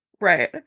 right